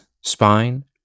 spine